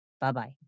Bye-bye